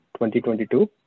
2022